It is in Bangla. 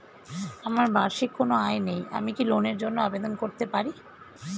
আমার বার্ষিক কোন আয় নেই আমি কি লোনের জন্য আবেদন করতে পারি?